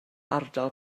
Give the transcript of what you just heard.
ardal